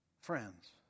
Friends